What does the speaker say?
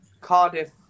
Cardiff